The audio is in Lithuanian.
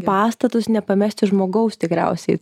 pastatus nepamesti žmogaus tikriausiai